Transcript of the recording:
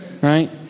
Right